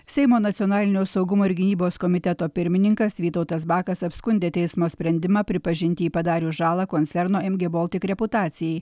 seimo nacionalinio saugumo ir gynybos komiteto pirmininkas vytautas bakas apskundė teismo sprendimą pripažinti jį padarius žalą koncerno em gė boltik reputacijai